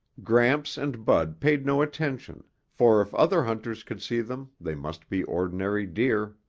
gramps and bud paid no attention, for if other hunters could see them, they must be ordinary deer.